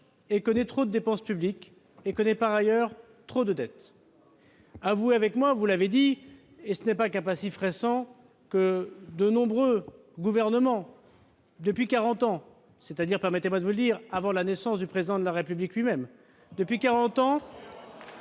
de taxes, trop de dépenses publiques et par ailleurs trop de dettes. Avouez-le avec moi- vous l'avez dit, et ce n'est pas qu'un passif récent -, de nombreux gouvernements depuis quarante ans, c'est-à-dire, permettez-moi de vous le dire, avant la naissance du Président de la République lui-même, ...